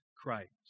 Christ